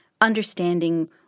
understanding